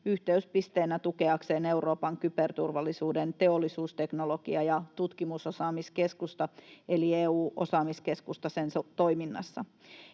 yhteyspisteenä tukeakseen Euroopan kyberturvallisuuden teollisuusteknologia- ja tutkimusosaamiskeskusta eli EU-osaamiskeskusta sen toiminnassa.